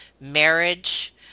marriage